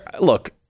look